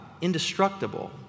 indestructible